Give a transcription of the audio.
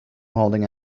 holding